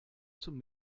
zum